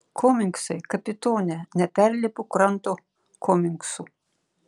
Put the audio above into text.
komingsai kapitone neperlipu kranto komingsų